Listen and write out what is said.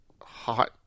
hot